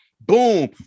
boom